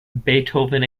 beethoven